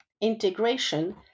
integration